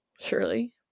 surely